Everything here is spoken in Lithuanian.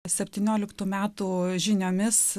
septynioliktų metų žiniomis